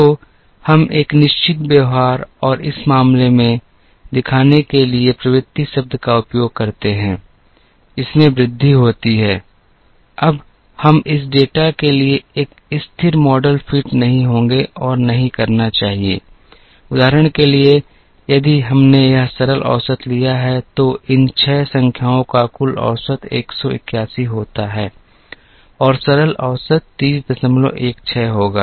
तो हम एक निश्चित व्यवहार और इस मामले में दिखाने के लिए प्रवृत्ति शब्द का उपयोग करते हैं इसमें वृद्धि होती है अब हम इस डेटा के लिए एक स्थिर मॉडल फिट नहीं होंगे और नहीं करना चाहिए उदाहरण के लिए यदि हमने यह सरल औसत लिया है तो इन 6 संख्याओं का कुल औसत 181 होता है और सरल औसत 3016 होगा